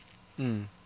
mm